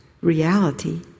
reality